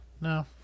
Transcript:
No